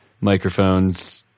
microphones